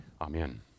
Amen